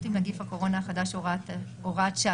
עם נגיף הקורונה החדש (הוראת שעה),